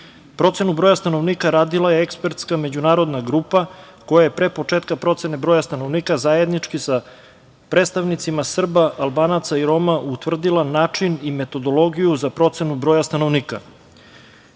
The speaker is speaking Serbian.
Procenu broja stanovnika radila je ekspertska međunarodna grupa koja je pre početka procene broja stanovnika zajednički sa predstavnicima Srba, Albanaca i Roma utvrdila način i metodologiju za procenu broja stanovnika.